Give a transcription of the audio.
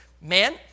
Man